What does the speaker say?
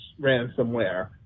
ransomware